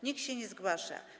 Nikt się nie zgłasza.